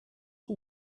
who